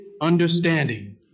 understanding